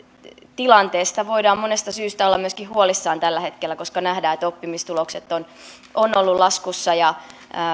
tilanteesta voidaan monesta syystä olla myöskin huolissaan tällä hetkellä koska nähdään että oppimistulokset ovat olleet laskussa ja